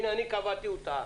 הנה, אני קבעתי: הוא טעה.